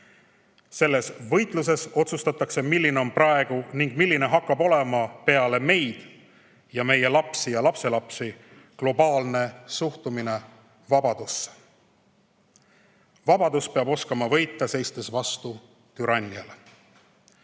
Selles võitluses otsustatakse, milline on praegu ning milline hakkab olema peale meid ja meie lapsi ja lapselapsi globaalne suhtumine vabadusse. Vabadus peab oskama võita, seistes vastu türanniale."